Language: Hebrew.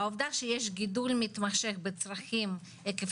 העובדה שיש גידול מתמשך בצרכים עקב